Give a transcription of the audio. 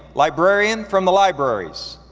librarian from the libraries.